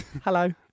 hello